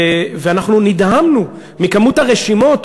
אנחנו נדהמנו מכמות הרשימות.